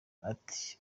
ati